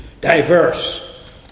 Diverse